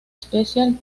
special